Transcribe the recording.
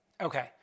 Okay